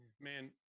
man